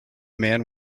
man